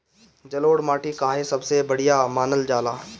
जलोड़ माटी काहे सबसे बढ़िया मानल जाला?